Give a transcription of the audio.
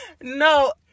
no